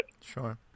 Sure